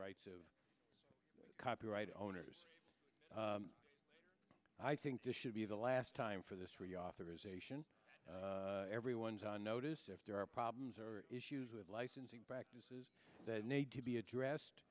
rights of copyright owners i think this should be the last time for this reauthorization everyone's on notice if there are problems or issues with licensing practices that need to be addressed